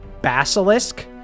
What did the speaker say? basilisk